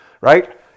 right